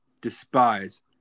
despise